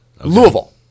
louisville